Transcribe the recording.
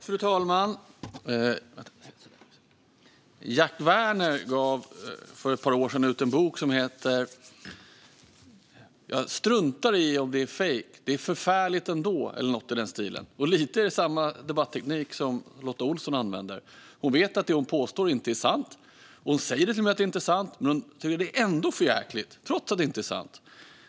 Fru talman! Jack Werner gav för ett par år sedan ut en bok som heter Ja skiter i att det är fejk det är förjävligt ändå . Det är lite samma debatteknik som Lotta Olsson använder. Hon vet att det hon påstår inte är sant. Hon säger till och med att det inte är sant. Men hon tycker ändå att det är för jäkligt, trots att det inte är sant.